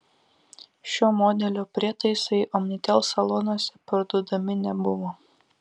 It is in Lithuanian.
šio modelio prietaisai omnitel salonuose parduodami nebuvo